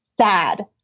sad